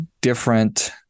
different